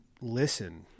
listen